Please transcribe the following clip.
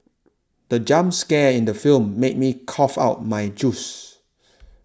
the jump scare in the film made me cough out my juice